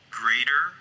greater